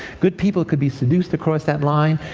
good people could be seduced across that line,